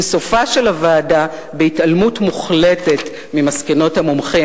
אם סופה של הוועדה הוא התעלמות מוחלטת מהמלצות המומחים.